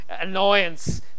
annoyance